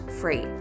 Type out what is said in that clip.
free